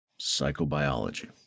psychobiology